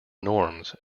norms